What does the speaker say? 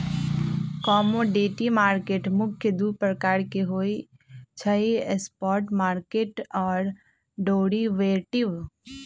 commodity market मुख्य दु प्रकार के होइ छइ स्पॉट मार्केट आऽ डेरिवेटिव